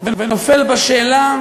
ונופל בשאלה